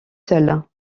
seuls